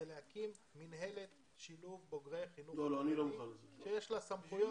זה להקים מינהלת שילוב בוגרי החינוך החרדי שיש לה סמכויות.